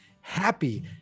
happy